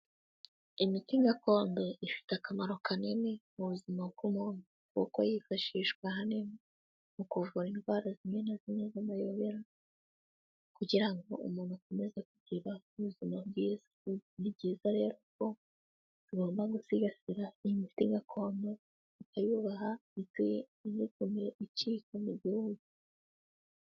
Imiti gakondo ifite akamaro kanini mu buzima bw'umuntu. Kuko yifashishwa ahanini mu kuvura indwara zimwe na zimwe z'amayobera, kugira ngo umuntu akomeze kugira ubuzima bwiza byiza, ni byiza rero ko tugomba gusigasira imiti gakondo tukayubaha ni dutume icika mu gihugu.